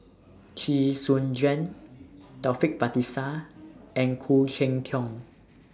Chee Soon Juan Taufik Batisah and Khoo Cheng Tiong